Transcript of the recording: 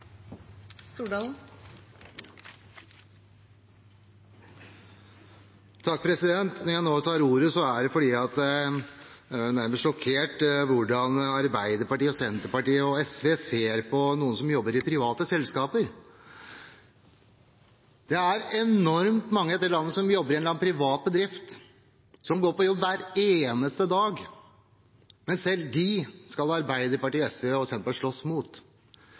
på arbeidsforholdene. Når jeg nå tar ordet, er det fordi jeg er nærmest sjokkert over hvordan Arbeiderpartiet, Senterpartiet og SV ser på noen som jobber i private selskaper. Det er enormt mange i dette landet som jobber i en privat bedrift, og som går på jobb hver eneste dag, men selv dem skal Arbeiderpartiet, SV og Senterpartiet slåss mot.